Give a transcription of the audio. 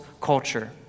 culture